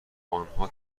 انها